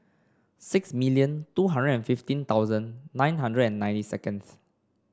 six million two hundred and fifteen thousand nine hundred and ninety seconds